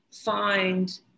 find